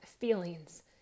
feelings